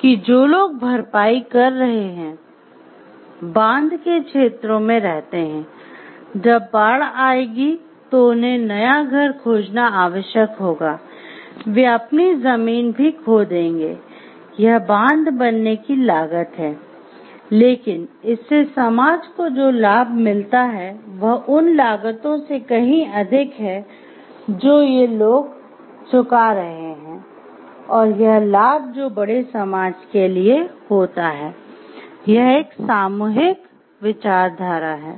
कि जो लोग भरपाई कर रहे हैं बांध के क्षेत्रों में रहते हैं जब बाढ़ आएगी तो उन्हें नया घर खोजना आवश्यक होगा वे अपनी जमीन भी खो देंगे यह बांध बनने की लागत है लेकिन इससे समाज को जो लाभ मिलता है वह उन लागतों से कहीं अधिक है जो ये लोग चुका रहे हैं और यह लाभ जो बड़े समाज के लिए होता है यह एक सामूहिक विचारधारा है